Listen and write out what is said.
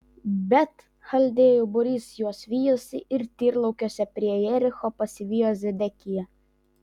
bet chaldėjų būrys juos vijosi ir tyrlaukiuose prie jericho pasivijo zedekiją